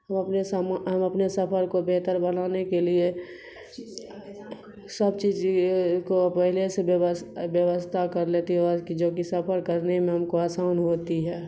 ہم اپنے ہم اپنے سفر کو بہتر بنانے کے لیے سب چیز کو پہلے سے ویوستھا کر لیتی اور جو کہ سفر کرنے میں ہم کو آسان ہوتی ہے